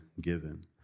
given